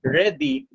ready